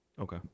Okay